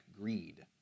greed